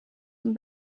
van